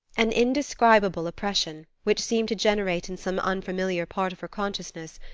an indescribable oppression, which seemed to generate in some unfamiliar part of her consciousness,